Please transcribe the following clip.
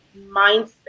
mindset